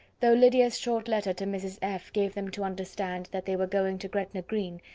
though lydia's short letter to mrs. f. gave them to understand that they were going to gretna green,